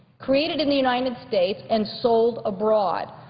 created in the united states, and sold abroad.